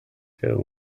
der